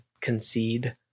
concede